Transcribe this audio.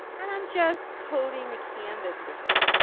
and i'm just coating the canvas with it.